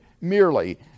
merely